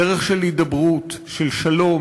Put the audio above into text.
דרך של הידברות, של שלום,